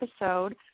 episode